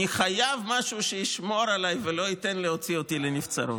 אני חייב משהו שישמור עליי ולא ייתן להוציא אותי לנבצרות.